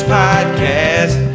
podcast